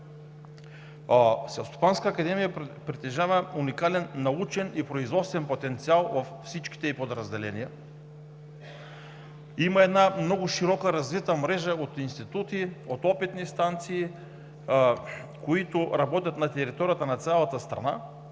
Селскостопанската академия притежава уникален научен и производствен потенциал във всичките й подразделения. Има една много широко развита мрежа от институти, от опитни станции, които работят на територията на цялата страна.